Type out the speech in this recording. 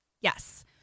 Yes